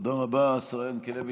תודה רבה, השרה ינקלביץ'.